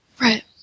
Right